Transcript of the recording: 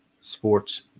sports